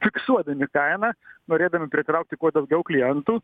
fiksuodami kainą norėdami pritraukti kuo daugiau klientų